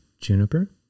Juniper